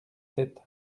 sept